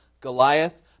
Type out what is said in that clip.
Goliath